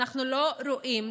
אנחנו לא רואים,